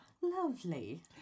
lovely